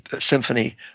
Symphony